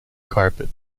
carpet